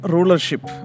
Rulership